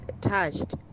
touched